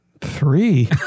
Three